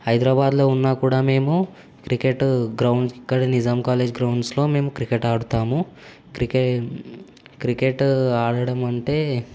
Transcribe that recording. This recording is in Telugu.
హైదరాబాద్లో ఉన్నా కూడా మేము క్రికెట్ గ్రౌండ్ ఇక్కడ నిజాం కాలేజ్ గ్రౌండ్స్లో మేము క్రికెట్ ఆడుతాము క్రికెట్ క్రికెట్ ఆడటం అంటే